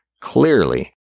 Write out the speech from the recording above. clearly